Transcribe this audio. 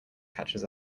catches